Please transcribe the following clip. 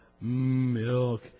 Milk